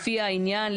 לפי העניין,